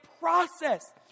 process